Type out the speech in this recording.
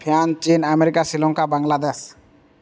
fan ଚୀନ୍ America Sri Lanka Bangladesh